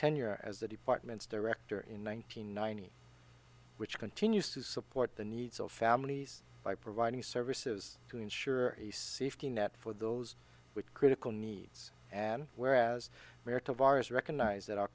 tenure as the department's director in one thousand nine hundred which continues to support the needs of families by providing services to ensure the safety net for those with critical needs and whereas america virus recognize that our